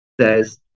says